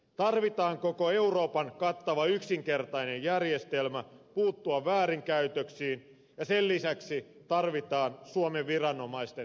tarvitaan koko euroopan kattava yksinkertainen järjestelmä puuttua väärinkäytöksiin ja sen lisäksi tarvitaan suomen viranomaisten voimakasta tukea